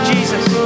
Jesus